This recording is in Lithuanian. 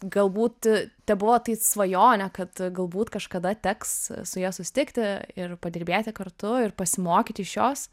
galbūt tebuvo tai svajonė kad galbūt kažkada teks su ja susitikti ir padirbėti kartu ir pasimokyti iš jos